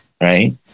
right